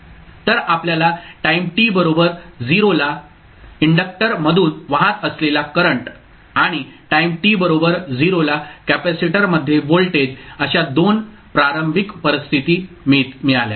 तर आपल्याला time t बरोबर 0 ला इंडकटर मधून वाहत असलेला करंट आणि टाईम t बरोबर 0 ला कॅपेसिटरमध्ये व्होल्टेज अशा 2 प्रारंभिक परिस्थिती मिळाल्या